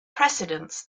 precedents